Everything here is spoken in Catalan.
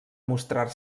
mostrar